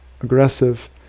aggressive